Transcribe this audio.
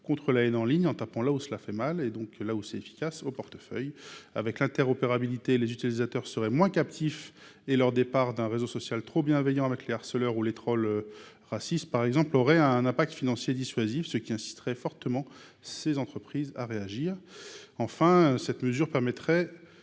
contre la haine en ligne en tapant là où cela fait mal, donc là où c’est efficace, c’est à dire au portefeuille. Avec l’interopérabilité, les utilisateurs seraient moins captifs, et leur départ d’un réseau social qui se montrerait trop bienveillant avec les harceleurs ou les trolls racistes, par exemple, aurait un impact financier dissuasif, ce qui inciterait fortement ces entreprises à réagir. Enfin, cette mesure permettrait